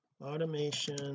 automation